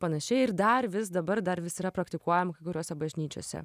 panašiai ir dar vis dabar dar vis yra praktikuojama kai kuriose bažnyčiose